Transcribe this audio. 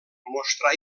mostrà